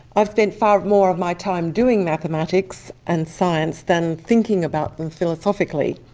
i've spent far more of my time doing mathematics and science than thinking about them philosophically.